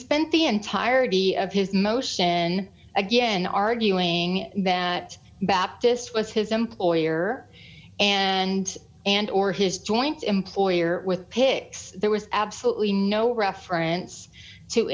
spent the entirety of his motion again arguing that baptist was his employer and and or his joint employer with pig there was absolutely no reference to